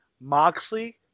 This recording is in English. Moxley